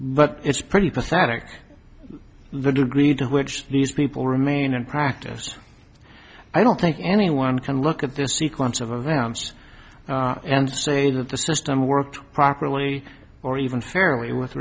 but it's pretty pathetic the degree to which these people remain in practice i don't think anyone can look at the sequence of events and say that the system worked properly or even fairly with